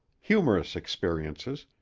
humorous experiences,